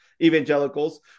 evangelicals